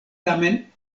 tamen